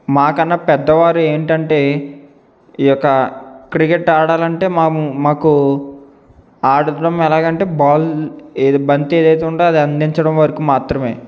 మాకన్న పెద్దవారు ఏంటంటే ఈ యొక్క క్రికెట్ ఆడాలంటే మాము మాకు ఆడటం ఎలాగంటే బాల్ ఏ బంతి ఏదైతే ఉంటుందో అది అందిచడం వరకు మాత్రమే